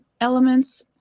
elements